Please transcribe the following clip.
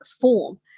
form